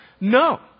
No